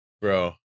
Bro